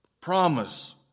Promise